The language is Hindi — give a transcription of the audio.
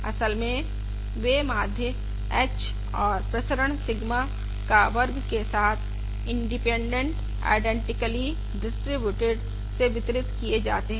असल में वे माध्य h और प्रसरण सिगमा का वर्ग के साथ इंडिपेंडेंट आईडेंटिकली डिस्ट्रिब्यूटेड से वितरित किए जाते हैं